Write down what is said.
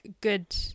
good